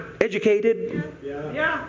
educated